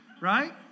right